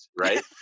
Right